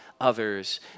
others